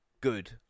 good